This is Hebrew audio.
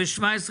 הצבעה אושר.